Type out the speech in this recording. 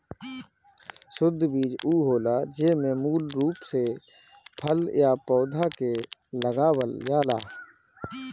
शुद्ध बीज उ होला जेमे मूल रूप से फल या पौधा के लगावल जाला